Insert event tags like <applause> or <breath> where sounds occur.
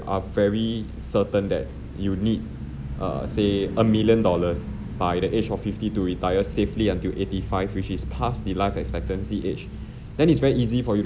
are very certain that you need err say a million dollars by the age of fifty to retire safely until eighty-five which is pass the life expectancy age <breath> then it's very easy for you